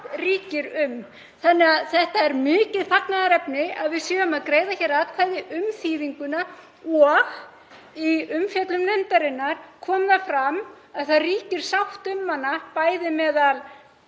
ríkir um. Það er því mikið fagnaðarefni að við séum að greiða hér atkvæði um þýðinguna og í umfjöllun nefndarinnar kom fram að það ríkir sátt um hana, bæði meðal